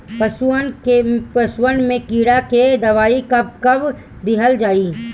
पशुअन मैं कीड़ा के दवाई कब कब दिहल जाई?